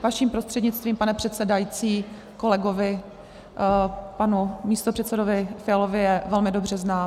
Vaším prostřednictvím, pane předsedající, kolegovi panu místopředsedovi Fialovi je velmi dobré známa.